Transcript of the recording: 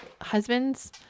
Husbands